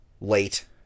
late